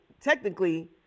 technically